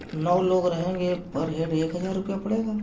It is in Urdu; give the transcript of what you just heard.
نو لوگ رہیں گے پر ہیڈ ایک ہزار روپیہ پڑے گا